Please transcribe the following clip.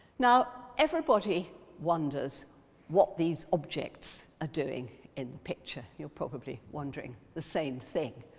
now, everybody wonders what these objects are doing in the picture. you're probably wondering the same thing.